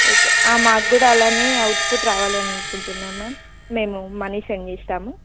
okay మాకు కూడా అలానే అవుట్పుట్ రావాలి అనుకుంటున్నాను మ్యామ్ మేము మనీ సెండ్ చేస్తాము